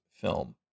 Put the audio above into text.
film